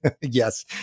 Yes